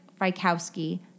Frykowski